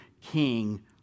king